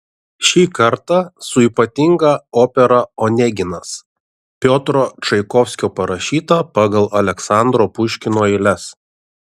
šį kartą su ypatinga opera oneginas piotro čaikovskio parašyta pagal aleksandro puškino eiles